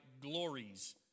glories